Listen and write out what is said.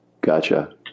Gotcha